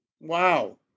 Wow